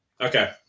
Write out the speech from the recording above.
okay